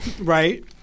right